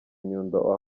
nyundo